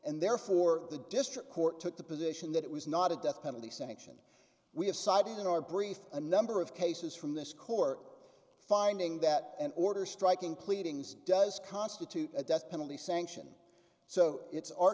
and therefore the district court took the position that it was not a death penalty sanction we have cited in our brief a number of cases from this cork finding that an order striking pleadings does constitute a death penalty sanction so it's our